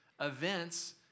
events